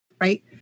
Right